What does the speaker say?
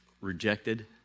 rejected